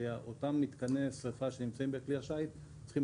אותם מתקני שריפה בכלי שיט אלו צריכים